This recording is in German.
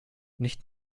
nicht